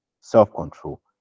self-control